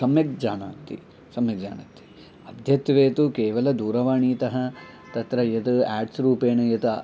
सम्यक् जानन्ति सम्यक् जानन्ति अद्यत्वे तु केवलं दूरवाणीतः तत्र यद् आड्स् रूपेण यद्